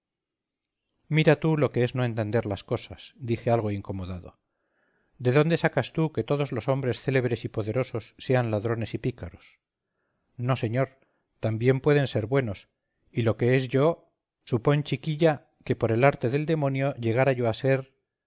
mira tú lo que es no entender las cosas dije algo incomodado de dónde sacas tú que todos los hombres célebres y poderosos sean ladrones y pícaros no señor también pueden ser buenos y lo que es yo supón chiquilla que por arte del demonio llegara yo a ser